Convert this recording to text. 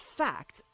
fact